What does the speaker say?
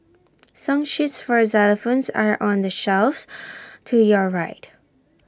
song sheets for xylophones are on the shelves to your right